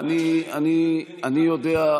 אני יודע,